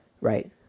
right